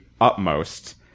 utmost